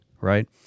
right